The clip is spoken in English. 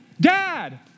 Dad